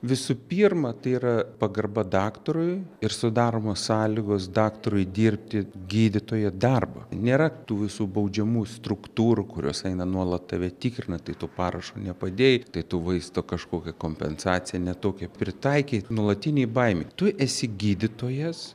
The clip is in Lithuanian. visų pirma tai yra pagarba daktarui ir sudaromos sąlygos daktarui dirbti gydytojo darbą nėra tų visų baudžiamų struktūrų kurios eina nuolat tave tikrina tai tu parašo nepadėjai tai tu vaisto kažkokio kompensaciją ne tokią pritaikei nuolatinėj baimėj tu esi gydytojas